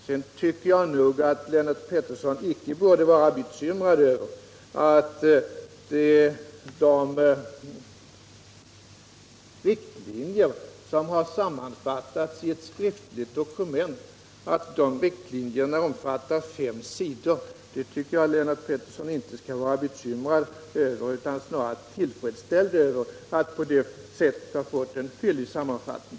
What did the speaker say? Sedan tycker jag att Lennart Pettersson icke borde vara bekymrad över att de riktlinjer som har sammanställts i ett skriftligt dokument omfattar fem sidor. Lennart Pettersson borde inte vara bekymrad utan snarast tillfredsställd över att på det sättet ha fått en fyllig redovisning.